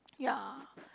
ya